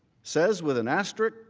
says with an asterisk,